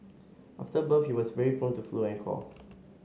after birth he was very prone to flu and cough